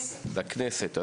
לכנסת.